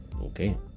okay